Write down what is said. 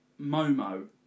Momo